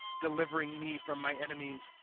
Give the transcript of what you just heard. delivei'ing me from my enemies.